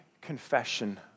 confession